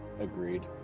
Agreed